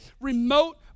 remote